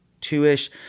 two-ish